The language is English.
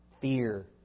Fear